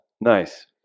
Nice